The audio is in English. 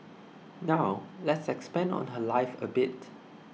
now let's expand on her life a bit